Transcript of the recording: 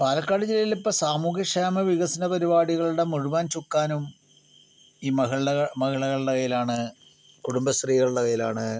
പാലക്കാട് ജില്ലയില് ഇപ്പോൾ സാമൂഹ്യക്ഷേമവികസന പരിപാടികളുടെ മുഴുവൻ ചുക്കാനും ഈ മഹിള മഹിളകളുടെ കൈയ്യിലാണ് കുടുംബശ്രീകളുടെ കൈയ്യിലാണ്